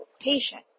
patient